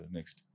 Next